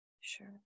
Sure